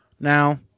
now